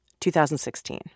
2016